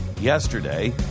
yesterday